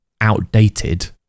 outdated